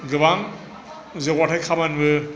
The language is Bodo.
गोबां जौगाथाय खामानिबो